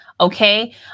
Okay